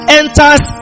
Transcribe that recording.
enters